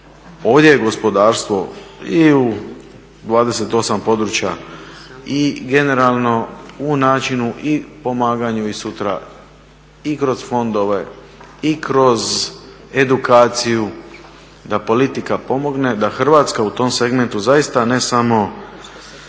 ovdje gospodarstvo i u 28 područja i generalno u načinu i pomaganju i sutra i kroz fondove i kroz edukaciju da politika pomogne, da Hrvatska u tom segmentu ne damo